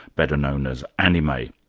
better known as anime.